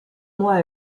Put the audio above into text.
mois